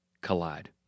collide